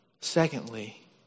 Secondly